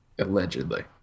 allegedly